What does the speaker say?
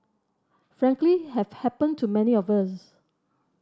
frankly have happened to many of us